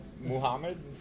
Muhammad